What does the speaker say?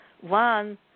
one